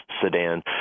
sedan